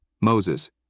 Moses